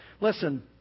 Listen